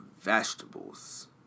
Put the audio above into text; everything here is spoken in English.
vegetables